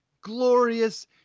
glorious